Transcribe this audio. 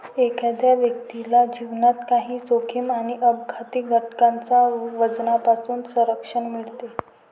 एखाद्या व्यक्तीला जीवनात काही जोखीम आणि अपघाती घटनांच्या वजनापासून संरक्षण मिळते